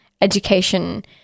education